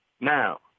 Now